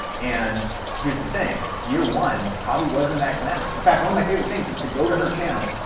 and here's the thing, year one probably wasn't that glamorous. in fact, one of my favorite things is to go to her channel,